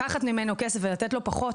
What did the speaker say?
לקחת ממנו כסף, לתת לו פחות